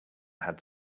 had